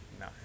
No